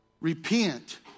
Repent